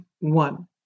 one